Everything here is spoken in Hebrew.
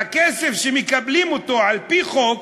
והכסף, שמקבלים אותו על-פי חוק,